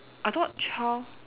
I thought twelve